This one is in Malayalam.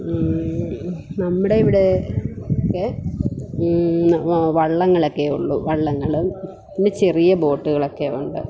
നമ്മുടെ ഇവിടെയൊക്കെ വള്ളങ്ങളൊക്കെ ഉള്ളൂ വള്ളങ്ങളും പിന്നെ ചെറിയ ബോട്ടുകളൊക്കെ ഉണ്ട്